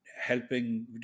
helping